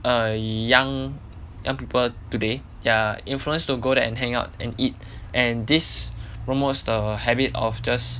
err young young people today ya influence to go there and hang out and eat and this promotes the habit of just